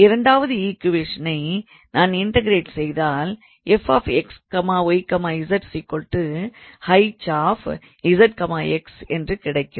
இரண்டாவது ஈக்குவேஷனை நான் இன்டகரேட் செய்தால் 𝑓𝑥 𝑦 𝑧 ℎ𝑧 𝑥 என்று கிடைக்கும்